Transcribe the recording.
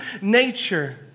nature